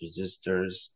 resistors